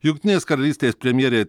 jungtinės karalystės premjerė